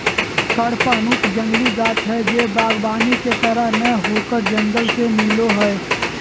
कडपहनुत जंगली गाछ हइ जे वागबानी के तरह नय होकर जंगल से मिलो हइ